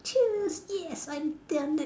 cheers yes I done that